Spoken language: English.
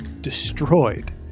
destroyed